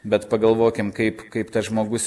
bet pagalvokim kaip kaip tas žmogus